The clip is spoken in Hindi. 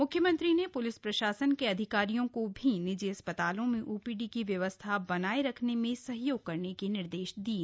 म्ख्यमंत्री ने प्लिस प्रशासन के अधिकारियों को भी निजी अस्पतालों में ओपीडी की व्यवस्था बनाये रखने में सहयोग करने के निर्देश दिये